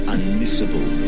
Unmissable